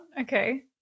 okay